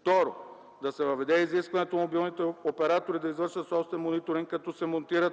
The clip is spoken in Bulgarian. Второ, да се въведе изискването мобилните оператори да извършват собствен мониторинг, като се монтират